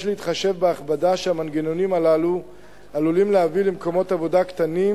יש להתחשב בהכבדה שהמנגנונים הללו עלולים להביא למקומות עבודה קטנים.